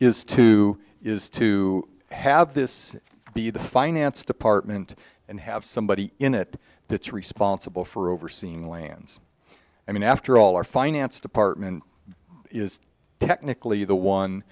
is to is to have this be the finance department and have somebody in it that's responsible for overseeing lands i mean after all our finance department is technically the one